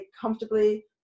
comfortably